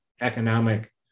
economic